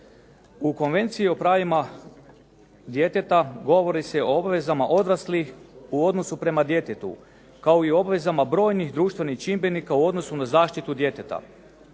U Konvenciji o pravima djeteta govori se o obvezama odraslih u odnosu prema djetetu, kao i obvezama brojnih društvenih čimbenika u odnosu na zaštitu djeteta.